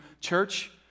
church